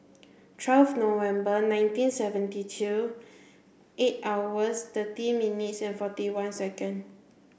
twelve November nineteen seventy two eight hours thirty minutes and forty one second